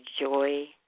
joy